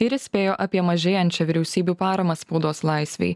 ir įspėjo apie mažėjančią vyriausybių paramą spaudos laisvei